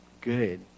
good